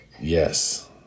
yes